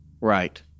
Right